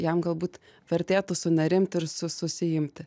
jam galbūt vertėtų sunerimti ir su susiimti